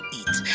eat